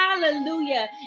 hallelujah